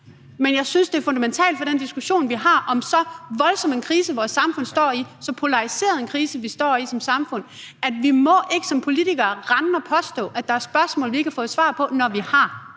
Men jeg synes, det er fundamentalt for den diskussion, vi har, om så voldsom en krise, som vores samfund står i, så polariseret en krise, vi står i som samfund, at vi som politikere ikke må rende rundt og påstå, at der er spørgsmål, vi ikke har fået svar på, når vi har